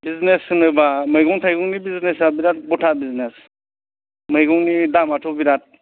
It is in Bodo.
बिजिनेस होनोबा मैगं थाइगंनि बिजिनेसा बिराट गथा बिजिनेस मैगंनि दामाथ' बिराट